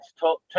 talk